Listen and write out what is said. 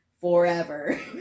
forever